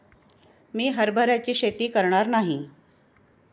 मी हरभऱ्याची शेती करणार नाही